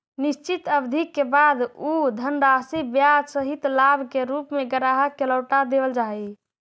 निश्चित अवधि के बाद उ धनराशि ब्याज सहित लाभ के रूप में ग्राहक के लौटा देवल जा हई